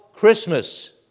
Christmas